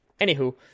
Anywho